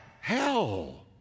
Hell